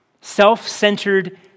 Self-centered